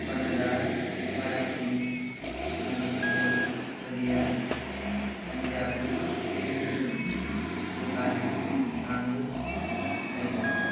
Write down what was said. Kannada Marathi Manipur Odia Punjabi Mizo Nepali Tamil Bengali